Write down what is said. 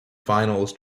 finals